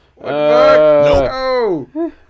No